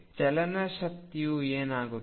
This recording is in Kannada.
ಚಲನ ಶಕ್ತಿ ಏನಾಗುತ್ತದೆ